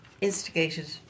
instigated